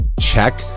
check